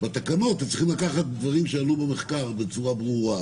בתקנות אתם צריכים לקחת דברים שעלו במחקר בצורה ברורה,